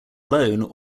alone